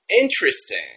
Interesting